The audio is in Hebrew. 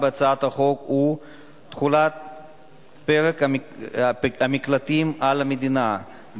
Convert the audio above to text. הצעת החוק היא חלק מהצעת החוק הממשלתית שהוגשה